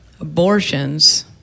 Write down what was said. Abortions